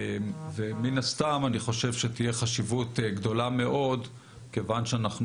מן הסתם יש חשיבות גדולה מאוד כיוון שאנחנו